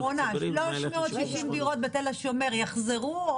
שאלה אחרונה: 360 דירות בתל השומר יחזרו?